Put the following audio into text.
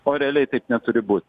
o realiai taip neturi būt